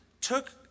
took